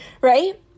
right